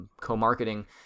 co-marketing